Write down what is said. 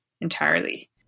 entirely